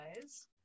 guys